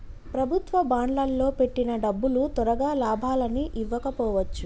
ప్రభుత్వ బాండ్లల్లో పెట్టిన డబ్బులు తొరగా లాభాలని ఇవ్వకపోవచ్చు